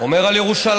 אומר על ירושלים: